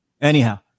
anyhow